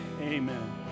amen